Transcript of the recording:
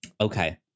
Okay